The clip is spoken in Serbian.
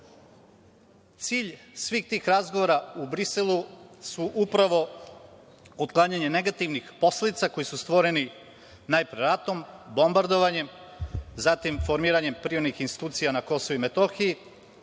Cilj svih tih razgovora u Briselu su upravo otklanjanje negativnih posledica koje su stvorene, najpre ratom, bombardovanjem, zatim formiranjem privremenih institucija na KiM, i samim